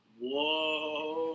whoa